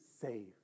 save